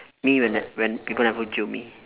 me when the when people never jio me